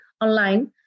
online